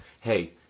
Hey